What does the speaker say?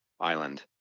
island